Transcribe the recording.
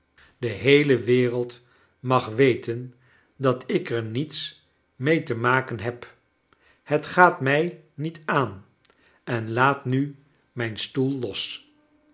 de kleine dorrit heele wereld mag weten dat ik er niets mee te maken heb het gaat mij niet aan en laat nu mijn stoel los